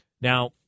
Now